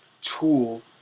tool